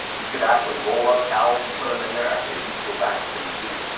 you could actually roll up towels and put them in there. actually, these go back pretty deep,